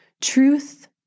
Truth